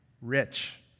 rich